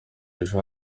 ejo